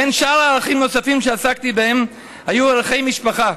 בין שאר הערכים הנוספים שעסקתי בהם היו ערכי משפחה.